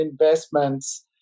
investments